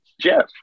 Jeff